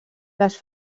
les